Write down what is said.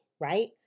right